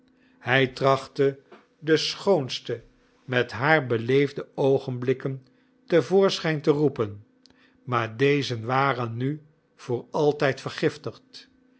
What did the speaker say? hij trachtte de schoonste met haar beleefde oogenblikken te voorschijn te roepen maar deze waren nu voor altijd vergiftigd